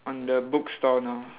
on the bookstore now